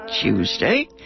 Tuesday